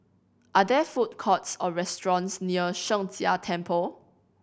are there food courts or restaurants near Sheng Jia Temple